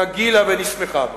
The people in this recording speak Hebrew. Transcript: נגילה ונשמחה בו.